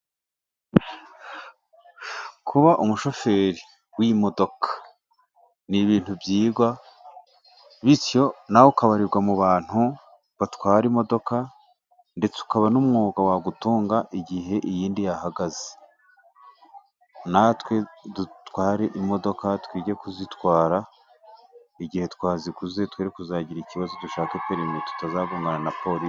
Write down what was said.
Kuba umushoferi w'imodoka ni ibintu byigwa, bityo nawe ukabarirwa mu bantu batwara imodoka ndetse ukaba n'umwuga wagutunga igihe iyindi yahagaze. Natwe dutware imodoka, twige kuzitwara, igihe twaziguze twe kuzagira ikibazo dushake perimi tutazagongana na Porisi.